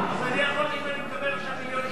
אז אני יכול, אם אני מקבל עכשיו מיליון שקל,